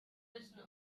wissen